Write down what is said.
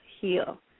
heal